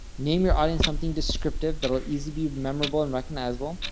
name your audience something descriptive that will easily be memorable and recognizable,